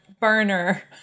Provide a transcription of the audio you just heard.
burner